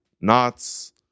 Knots